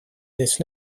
this